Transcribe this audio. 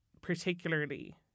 particularly